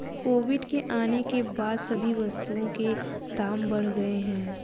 Covid के आने के बाद सभी वस्तुओं के दाम बढ़ गए हैं